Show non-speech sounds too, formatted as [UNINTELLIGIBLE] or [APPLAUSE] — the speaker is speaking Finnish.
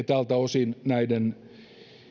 [UNINTELLIGIBLE] tältä osin näiden